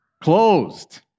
Closed